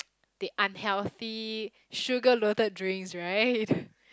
the unhealthy sugar loaded drinks right